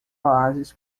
oásis